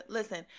Listen